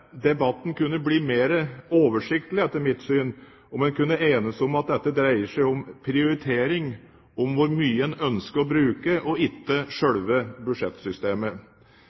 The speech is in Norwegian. debatten kunne blitt mer oversiktlig, etter mitt syn, om en kunne enes om at dette dreier seg om prioritering, om hvor mye en ønsker å bruke, ikke selve budsjettsystemet.